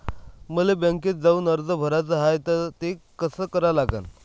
मले बँकेत जाऊन कर्ज भराच हाय त ते कस करा लागन?